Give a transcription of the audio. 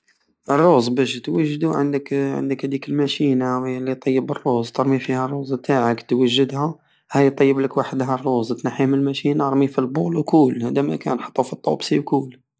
الروز بش توجدو عندك- عندك هديك الماشينة الي طيب الروز ترمي فيها الروز تاعك توجدها هاي طيبلك وحدها الروز نحيه مل الماشينة ارميه فالبول وكول هدا ماكان حط فالطوبسي وكول